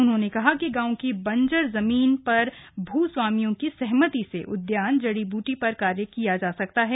उन्होंने कहा कि गाँव की बंजर भूमि पर भूस्वामियों की सहमति से उद्यान जड़ी बूटी पर कार्य किया जा सकता है